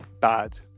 bad